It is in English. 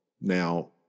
Now